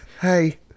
Hey